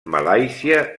malàisia